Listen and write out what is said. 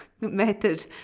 method